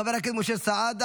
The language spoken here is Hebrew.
חבר הכנסת משה סעדה,